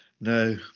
no